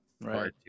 Right